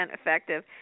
effective